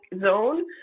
zone